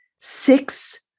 six